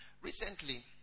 Recently